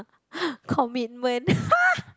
commitment !ha!